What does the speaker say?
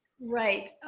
Right